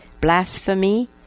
blasphemy